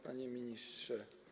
Panie Ministrze!